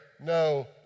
no